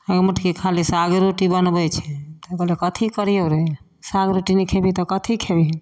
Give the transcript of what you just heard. गइ मोटकी खाली सागे रोटी बनबै छें तऽ कहलहुॅं कथी करियौ रे साग रोटी नहि खेबही तऽ कथी खेबही